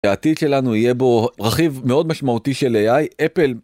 העתיד שלנו יהיה בו רכיב מאוד משמעותי של AI אפל,